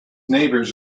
neighbours